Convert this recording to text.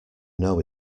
know